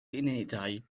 unedau